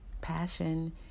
Passion